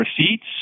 receipts